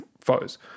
foes